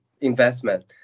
investment